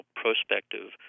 prospective